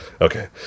Okay